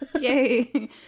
Yay